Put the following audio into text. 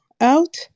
out